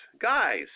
guys